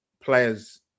players